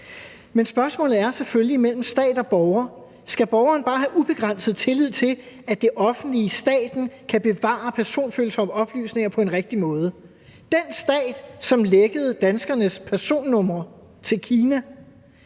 Men spørgsmålet er selvfølgelig mellem stat og borger. Skal borgeren bare have ubegrænset tillid til, at det offentlige, staten, kan bevare personfølsomme oplysninger på en rigtig måde, den stat, som lækkede danskeres personnumre til Kina,